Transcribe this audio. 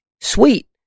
sweet